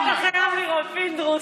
לא, את זה אתה חייב לראות, פינדרוס.